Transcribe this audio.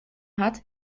hat